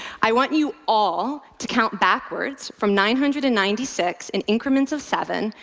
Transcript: i want you all to count backwards from nine hundred and ninety six in increments of seven.